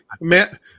Man